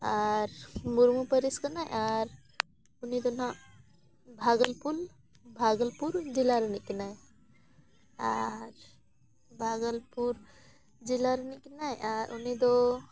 ᱟᱨ ᱢᱩᱨᱢᱩ ᱯᱟᱹᱨᱤᱥ ᱠᱟᱱᱟᱭ ᱟᱨ ᱩᱱᱤ ᱫᱚ ᱱᱟᱦᱟᱸᱜ ᱵᱷᱟᱜᱚᱞᱯᱩᱨ ᱵᱷᱟᱜᱚᱞᱯᱩᱨ ᱡᱮᱞᱟ ᱨᱤᱱᱤᱡ ᱠᱤᱱᱟᱭ ᱟᱨ ᱵᱷᱟᱜᱚᱞᱯᱩᱨ ᱡᱮᱞᱟ ᱨᱤᱱᱤᱡ ᱠᱤᱱᱟᱭ ᱟᱨ ᱩᱱᱤ ᱫᱚ